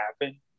happen